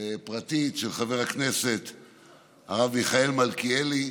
פרטית של חבר הכנסת הרב מיכאל מלכיאלי,